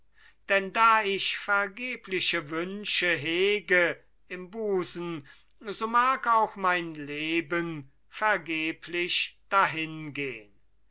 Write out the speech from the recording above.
denn da ich vergebliche wünsche hege im busen so mag auch mein leben vergeblich dahingehn